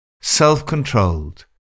self-controlled